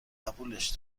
قبولش